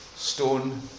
stone